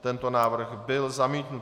Tento návrh byl zamítnut.